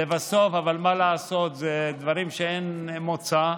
מה לעשות, אלה דברים שאין מהם מוצא: